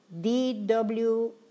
DW